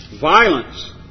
violence